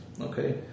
Okay